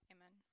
Amen